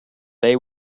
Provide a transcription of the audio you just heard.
they